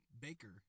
Baker